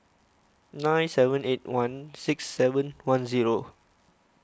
nine seven eight one six seven one zero